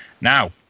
Now